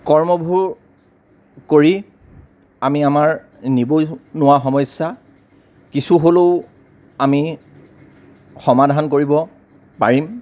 কৰ্মবোৰ কৰি আমি আমাৰ নিবনুৱা সমস্যা কিছু হলেও আমি সমাধান কৰিব পাৰিম